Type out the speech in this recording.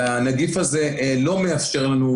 והנגיף הזה לא מאפשר לנו,